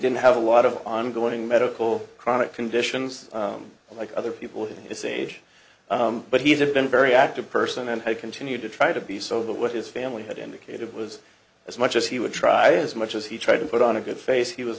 didn't have a lot of ongoing medical chronic conditions unlike other people his age but he's been very active person and he continued to try to be so with his family had indicated was as much as he would try as much as he tried to put on a good face he was